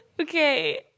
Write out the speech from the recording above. Okay